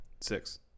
Six